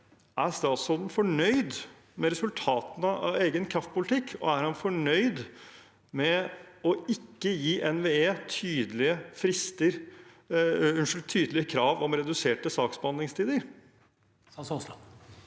Er statsråden fornøyd med resultatene av egen kraftpolitikk, og er han fornøyd med å ikke gi NVE tydelige krav om reduserte saksbehandlingstider? Statsråd